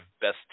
best